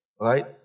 right